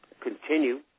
continue